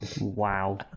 wow